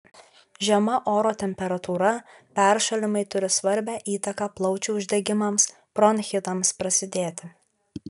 žema oro temperatūra peršalimai turi svarbią įtaką plaučių uždegimams bronchitams prasidėti